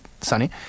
sunny